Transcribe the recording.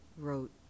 wrote